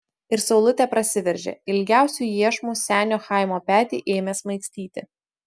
ir saulutė prasiveržė ilgiausiu iešmu senio chaimo petį ėmė smaigstyti